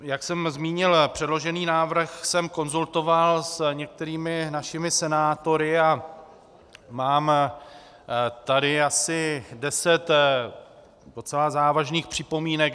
Jak jsem zmínil, předložený návrh jsem konzultoval s některými našimi senátory a mám tady asi deset docela závažných připomínek.